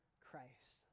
Christ